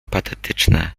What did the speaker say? patetyczne